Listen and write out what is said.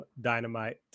Dynamite